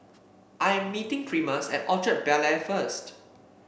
I am meeting Primus at Orchard Bel Air first